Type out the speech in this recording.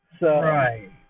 Right